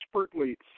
expertly